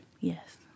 Yes